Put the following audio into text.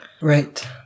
Right